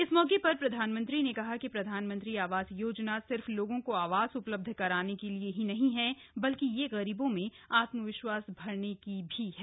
इस मौके र प्रधानमंत्री ने कहा कि प्रधानमंत्री आवास योजना सिर्फ लोगों को आवास उ लब्ध कराने के लिए ही नहीं है बल्कि ये गरीबों में आत्मविश्वास भरने की भी है